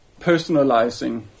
personalizing